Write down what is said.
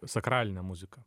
sakraline muzika